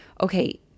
okay